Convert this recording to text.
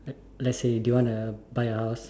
act let's say do you wanna buy a house